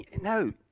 no